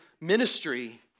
ministry